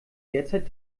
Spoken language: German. derzeit